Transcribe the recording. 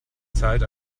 zeit